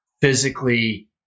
physically